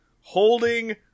holding